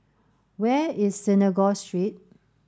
where is Synagogue Street